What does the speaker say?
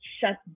shut